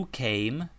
came